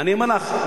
מה כן הסתה?